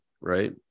right